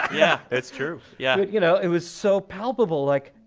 yeah it's true. yeah but you know, it was so palpable like,